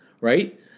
right